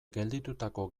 gelditutako